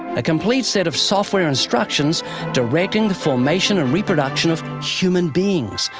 a complete set of software instructions directing the formation and reproduction of human beings,